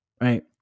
right